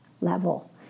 level